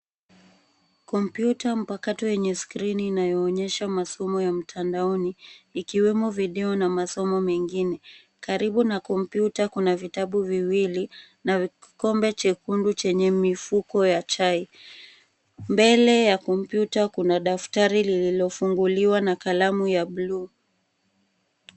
Kompyuta mpakato yenye skrini inayoonyesha masomo ya mtandaoni, ikiwemo video na masomo mengine. Karibu na kompyuta kuna vitabu viwili na kikombe chekundu chenye mifuko ya chai. Mbele ya kompyuta kuna daftari lililofunguliwa na kalamu ya bluu.